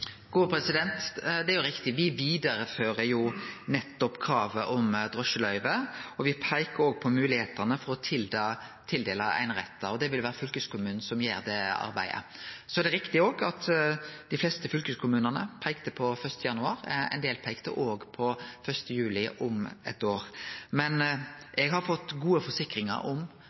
Det er rett. Me fører vidare kravet om drosjeløyve. Me peiker òg på moglegheitene for å tildele einerettar, og det vil vere fylkeskommunen som gjer det arbeidet. Det er òg rett at dei fleste fylkeskommunane peikte på 1. januar, og ein del peikte på 1. juli om eitt år. Men eg har fått gode forsikringar om